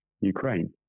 Ukraine